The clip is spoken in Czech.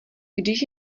když